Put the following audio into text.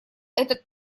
этот